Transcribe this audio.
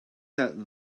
that